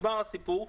נגמר הסיפור,